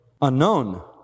unknown